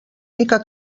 mica